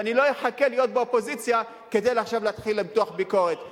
ואני לא אחכה להיות באופוזיציה כדי להתחיל למתוח ביקורת עכשיו.